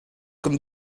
comme